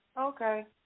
Okay